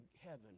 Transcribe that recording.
heaven